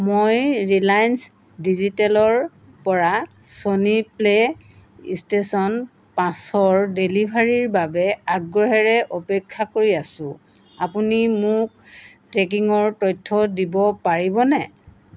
মই ৰিলায়েন্স ডিজিটেলৰপৰা Sony PlayStation পাঁচৰ ডেলিভাৰীৰ বাবে আগ্ৰহেৰে অপেক্ষা কৰি আছোঁ আপুনি মোক ট্ৰেকিঙৰ তথ্য দিব পাৰিবনে